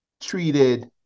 treated